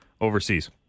overseas